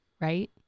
Right